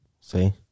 See